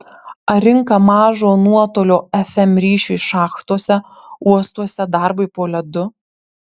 ar rinka mažo nuotolio fm ryšiui šachtose uostuose darbui po ledu